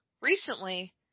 recently